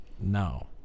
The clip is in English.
No